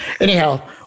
anyhow